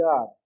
God